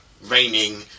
raining